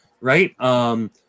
right